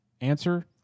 answer